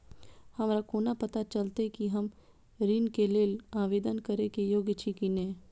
हमरा कोना पताा चलते कि हम ऋण के लेल आवेदन करे के योग्य छी की ने?